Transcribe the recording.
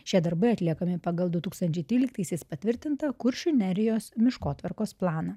šie darbai atliekami pagal du tūkstančiai tryliktaisiais patvirtintą kuršių nerijos miškotvarkos planą